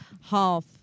half